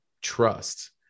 trust